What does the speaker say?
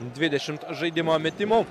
dvidešimt žaidimo metimų